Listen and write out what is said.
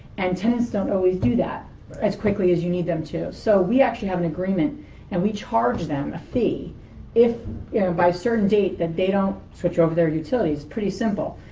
and tenants don't always do that as quickly as you need them to. so we actually have an agreement and we charge them a fee if yeah by a certain date that they don't switch over their utilities, pretty simple.